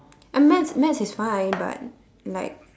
uh maths maths is fine but like